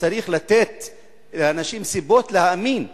צריך לתת לאנשים סיבות להאמין בך,